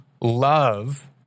love